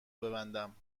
ببندم